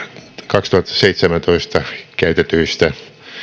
kaksituhattaseitsemäntoista käytetyistä